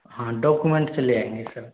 हाँ डॉक्यूमेंट्स ले आएंगे सर